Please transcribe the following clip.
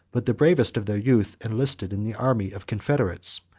but the bravest of their youth enlisted in the army of confederates,